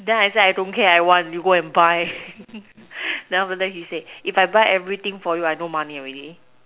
then I say I don't care I want you go and buy then after that he say if I buy everything for you I no money already